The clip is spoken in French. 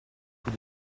tous